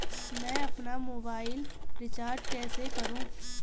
मैं अपना mobile recharge कैसे करूँ?